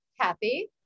Kathy